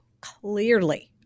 clearly